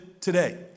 today